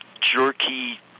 jerky